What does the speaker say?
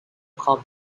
called